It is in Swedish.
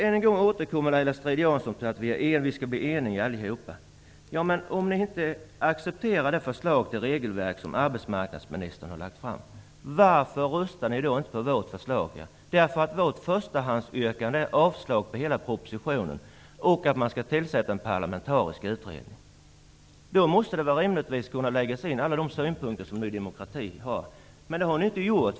Än en gång återkommer Laila Strid-Jansson till att vi allihop skall bli eniga. Men om ni inte accepterar det förslag till regelverk som arbetsmarknadsministern har lagt fram, varför röstar ni då inte på vårt förslag? Vårt förstahandsyrkande innebär avslag på hela propositionen och att en parlamentarisk utredning skall tillsättas. Då måste rimligtvis alla de synpunkter som ni i Ny demokrati har kunna läggas in. Men det har ni inte gjort.